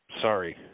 Sorry